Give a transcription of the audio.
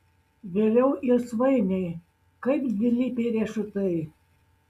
vėliau ir svainiai kaip dvilypiai riešutai